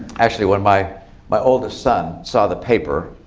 actually, when my my oldest son saw the paper,